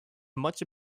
much